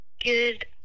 Good